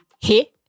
Hey